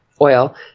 oil